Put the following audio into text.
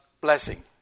blessing